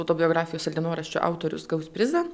autobiografijos ar dienoraščio autorius gaus prizą